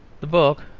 the book,